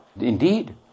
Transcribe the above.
Indeed